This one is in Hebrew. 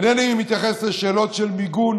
אינני מתייחס לשאלות של מיגון